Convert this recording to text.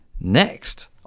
Next